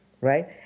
right